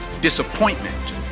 disappointment